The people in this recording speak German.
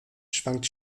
schwankt